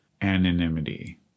anonymity